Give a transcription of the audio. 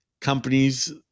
companies